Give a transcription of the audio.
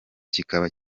kikaba